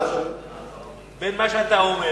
מה האפשרויות?